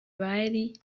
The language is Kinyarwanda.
bari